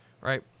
Right